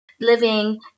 living